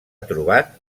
trobat